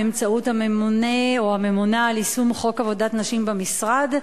באמצעות הממונה או הממונָה על יישום חוק עבודת נשים במשרד,